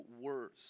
worse